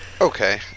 Okay